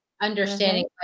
understanding